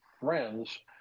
friends